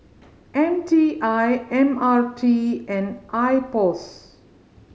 M T I M R T and I POS